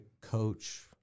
coach